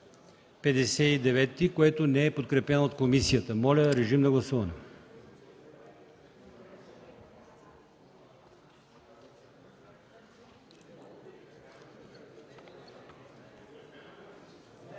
което не е подкрепено от комисията. Моля, гласувайте.